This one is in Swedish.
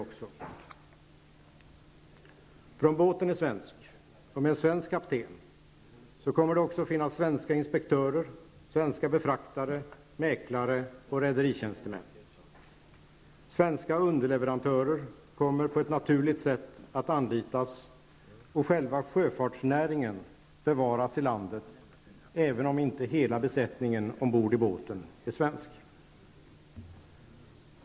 Om båten är svensk, med svensk kapten, så kommer det också att finnas svenska inspektörer, befraktare, mäklare och rederitjänstemän. Svenska underleverantörer kommer på ett naturligt sätt att anlitas och själva sjöfartsnäringen bevaras i landet, även om inte hela besättningen ombord på båten är svensk.